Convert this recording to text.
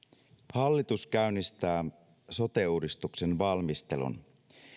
hallitus käynnistää sote uudistuksen valmistelun